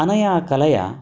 अनया कलया